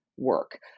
Work